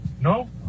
No